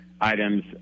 Items